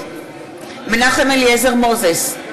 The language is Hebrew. נגד מנחם אליעזר מוזס,